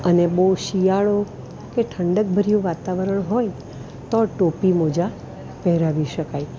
અને બહુ શિયાળો કે ઠંડકભર્યું વાતાવરણ હોય તો ટોપી મોજા પહેરાવી શકાય